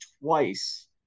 twice